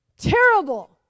Terrible